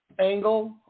angle